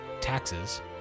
taxes